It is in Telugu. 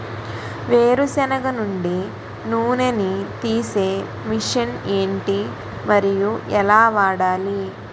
వేరు సెనగ నుండి నూనె నీ తీసే మెషిన్ ఏంటి? మరియు ఎలా వాడాలి?